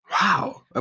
Wow